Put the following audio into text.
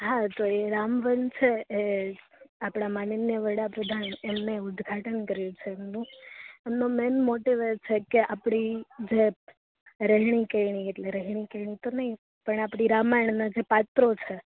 હા તો એ રામ વન છે એ આપળા માનનીય વળાપ્રધાન એમને ઉદ્ઘાટન કર્યું છે એમનો મેન મોટિવ એછેકે આપળી જે રહેણી કેણી એટલે રહેણી કેણી તો નઇ પણ આપળી રામાયણના જે પાત્રો છે